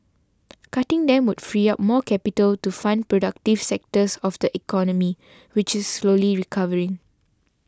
cutting them would free up more capital to fund productive sectors of the economy which is slowly recovering